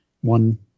One-